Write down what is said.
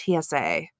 tsa